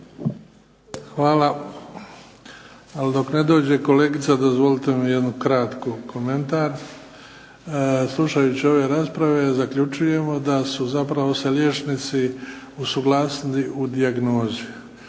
Hvala. Ali dok ne dođe kolegica dozvolite mi jedan kratki komentar. Slušajući ove rasprave zaključujemo da su zapravo se liječnici usuglasili u dijagnozi,